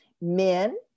Men